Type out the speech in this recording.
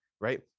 right